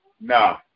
no